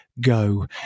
go